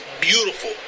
beautiful